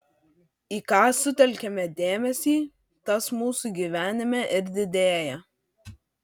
į ką sutelkiame dėmesį tas mūsų gyvenime ir didėja